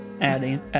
adding